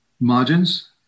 Margins